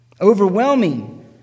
overwhelming